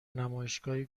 نمایشگاهی